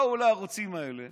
באו לערוצים האלה